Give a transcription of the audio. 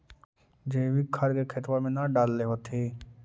जैवीक खाद के खेतबा मे न डाल होथिं?